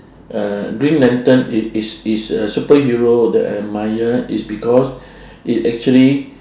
uh green lantern it it's it's a superhero that I admire it's because it actually